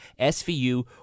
svu